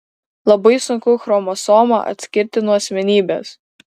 labai sunku chromosomą atskirti nuo asmenybės